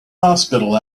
hospital